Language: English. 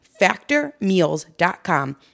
factormeals.com